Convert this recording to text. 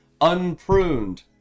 unpruned